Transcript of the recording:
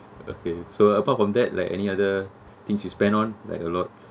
okay so apart from that like any other things you spend on like a lot